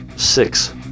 six